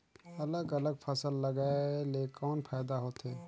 अलग अलग फसल लगाय ले कौन फायदा होथे?